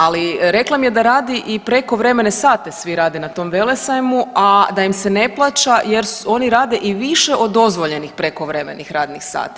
Ali rekla mi je da radi i prekovremene sate svi rade na tom Velesajmu, a da im se ne plaća jer oni rade i više od dozvoljenih prekovremenih radnih sati.